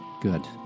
good